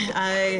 ערד,